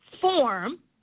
form